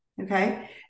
Okay